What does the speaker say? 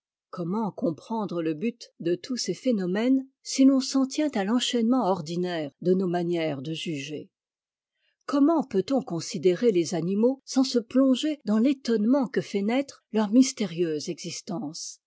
comment comprendre le but de tous ces phénomènes si l'on s'en tient à l'enchaînement ordinaire de nos manières de juger comment peut-on considérer les animaux sans se plonger dans l'étonnement que fait naître leur mystérieuse existence